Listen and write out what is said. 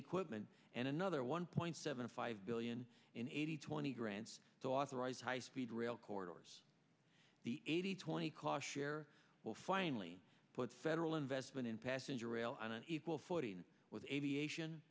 any quitman and another one point seven five billion in eighty twenty grants to authorize high speed rail course the eighty twenty cost share will finally put federal investment in passenger rail on an equal footing with aviation